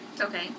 Okay